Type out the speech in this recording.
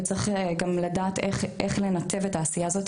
וצריך גם לדעת איך לנתב את העשייה הזאת